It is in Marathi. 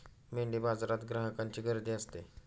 मेंढीबाजारात ग्राहकांची गर्दी असते